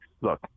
Look